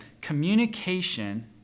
Communication